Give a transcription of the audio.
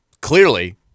clearly